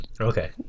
Okay